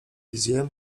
wizje